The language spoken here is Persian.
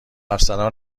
افسران